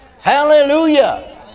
Hallelujah